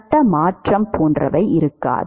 கட்ட மாற்றம் போன்றவை இருக்காது